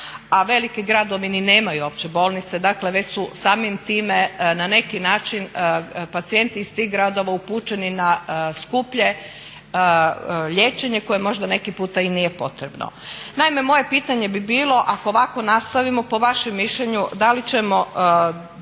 a veliki gradovi ni nemaju opće bolnice. Dakle, već su samim time na neki način pacijenti iz tih gradova upućeni na skuplje liječenje koje možda neki puta i nije potrebno. Naime, moje pitanje bi bilo ako ovako nastavimo, po vašem mišljenju, da li ćemo